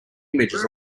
images